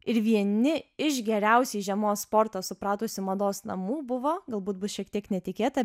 ir vieni iš geriausiai žiemos sporto supratusių mados namų buvo galbūt bus šiek tiek netikėta